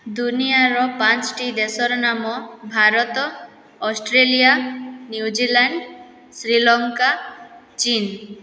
ଦୁନିଆର ପାଞ୍ଚଟି ଦେଶର ନାମ ଭାରତ ଅଷ୍ଟ୍ରେଲିଆ ନ୍ୟୁଜଲାଣ୍ଡ ଶ୍ରୀଲଙ୍କା ଚୀନ